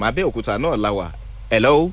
Hello